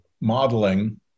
modeling